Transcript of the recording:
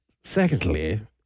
Secondly